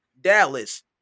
Dallas